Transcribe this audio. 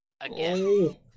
Again